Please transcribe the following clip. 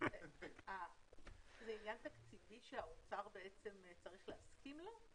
זה עניין תקציבי שהאוצר צריך להסכים לו?